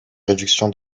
réduction